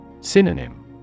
Synonym